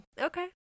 Okay